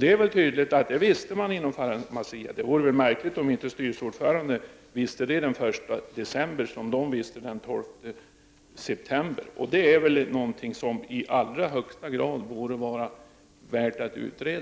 Det är väl tydligt att man visste om detta i Pharmacia. Det vore väl märkligt om inte styrelseordföranden kände till den 1 december vad man visste om den 12 september. Det är väl något som i allra högsta grad borde vara värt att utreda.